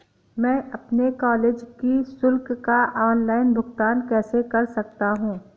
मैं अपने कॉलेज की शुल्क का ऑनलाइन भुगतान कैसे कर सकता हूँ?